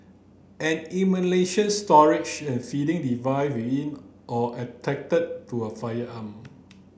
an storage and feeding device within or to a firearm